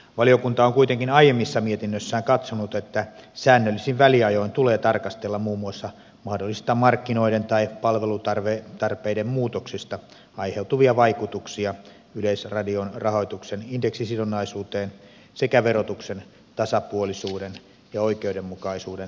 valiokunta on kuitenkin aiemmissa mietinnöissään katsonut että säännöllisin väliajoin tulee tarkastella muun muassa mahdollisista markkinoiden tai palvelutarpeiden muutoksista aiheutuvia vaikutuksia yleisradion rahoituksen indeksisidonnaisuuteen sekä verotuksen tasapuolisuuden ja oikeudenmukaisuuden toteutumista